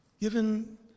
given